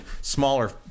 smaller